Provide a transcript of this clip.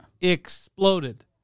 Exploded